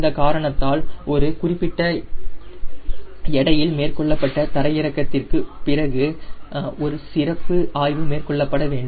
இந்த காரணத்தால் ஒரு குறிப்பிட்ட எடையில் மேற்கொள்ளப்பட்ட தரை இறக்கத்திற்கு பிறகு ஒரு சிறப்பு ஆய்வு மேற்கொள்ளப்பட வேண்டும்